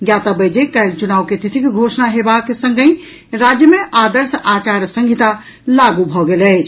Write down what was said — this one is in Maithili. ज्ञातव्य अछि जे काल्हि चुनाव के तिथिक घोषणा हेबाक संगहि राज्य मे आदर्श आचार संहिता लागू भऽ गेल अछि